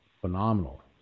phenomenal